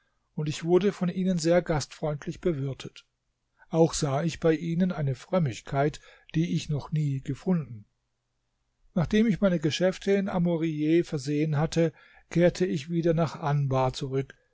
und ich wurde von ihnen sehr gastfreundlich bewirtet auch sah ich bei ihnen eine frömmigkeit die ich noch nie gefunden nachdem ich meine geschäfte in amurijeh versehen hatte kehrte ich wieder nach anbar zurück